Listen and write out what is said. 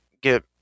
get